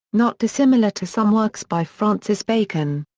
not dissimilar to some works by francis bacon.